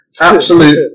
absolute